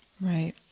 Right